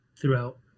throughout